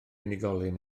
unigolyn